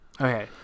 Okay